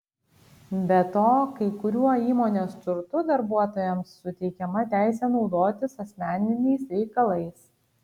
be to kai kuriuo įmonės turtu darbuotojams suteikiama teisė naudotis asmeniniais reikalais